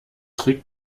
trick